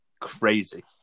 crazy